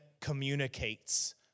communicates